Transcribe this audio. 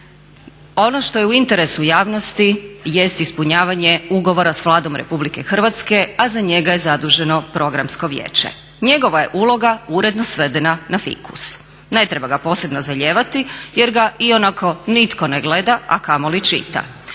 Ono što je u interesu javnosti jest ispunjavanje ugovora s Vladom RH, a za njega je zaduženo Programsko vijeće. Njegova je uloga uredno svedena na fikus. Ne treba ga posebno zalijevati, jer ga ionako nitko ne gleda, a kamoli čita.